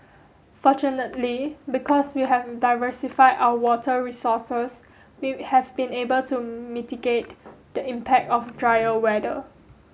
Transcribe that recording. fortunately because we have diversified our water resources we have been able to mitigate the impact of drier weather